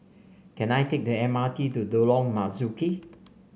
can I take the M R T to Lorong Marzuki